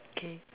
okay